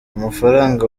amafaranga